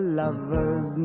lover's